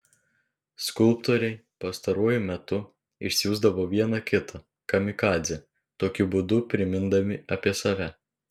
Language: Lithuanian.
skulptoriai pastaruoju metu išsiųsdavo vieną kitą kamikadzę tokiu būdu primindami apie save